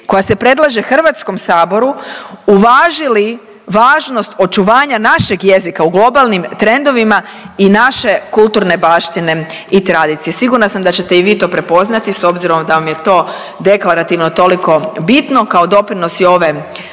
koja se predlaže HS-u uvažili važnost očuvanja našeg jezika u globalnim trendovima i naše kulturne baštine i tradicije. Sigurna sam da ćete i vi to prepoznati s obzirom da vam je to deklarativno toliko bitno, kao doprinos i ove